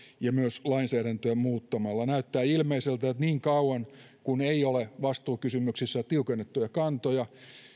myös lainsäädäntöä muuttamalla näyttää ilmeiseltä että niin kauan kun ei ole vastuukysymyksissä tiukennettuja kantoja